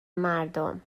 مردم